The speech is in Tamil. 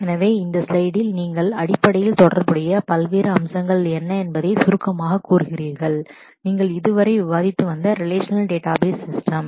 எனவே இந்த ஸ்லைடில் நீங்கள் அடிப்படையில் தொடர்புடைய பல்வேறு அம்சங்கள் என்ன என்பதை சுருக்கமாகக் கூறுகிறீர்கள் நீங்கள் இதுவரை விவாதித்து வந்த ரிலேஷநல் டேட்டாபேஸ் சிஸ்டம்